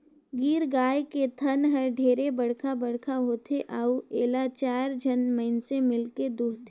गीर गाय के थन हर ढेरे बड़खा बड़खा होथे अउ एला चायर झन मइनसे मिलके दुहथे